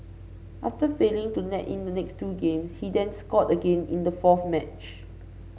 after failing to net in the next two games he then scored again in the fourth match